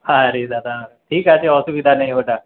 আরে দাদা ঠিক আছে অসুবিধা নেই ওটা